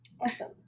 Awesome